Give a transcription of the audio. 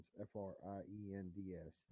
F-R-I-E-N-D-S